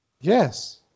Yes